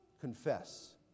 Confess